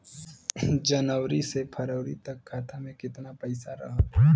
जनवरी से फरवरी तक खाता में कितना पईसा रहल?